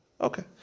Okay